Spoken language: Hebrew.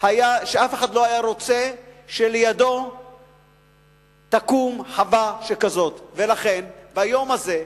לא היה רוצה שלידו תקום חווה שכזו, ולכן ביום הזה,